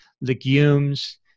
legumes